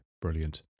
brilliant